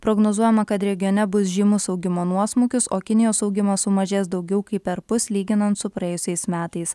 prognozuojama kad regione bus žymus augimo nuosmukis o kinijos augimas sumažės daugiau kaip perpus lyginant su praėjusiais metais